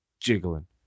Jiggling